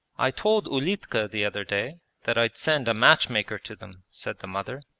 i told ulitka the other day that i'd send a matchmaker to them said the mother.